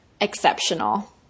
exceptional